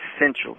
essential